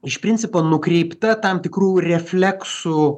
iš principo nukreipta tam tikrų refleksų